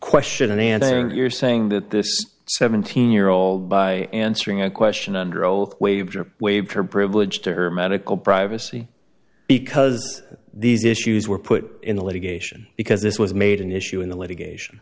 question and you're saying that this seventeen year old by answering a question under oath waived waived her privilege to her medical privacy because these issues were put in the litigation because this was made an issue in the litigation